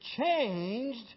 changed